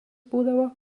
būdavo